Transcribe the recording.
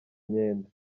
myenda